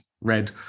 red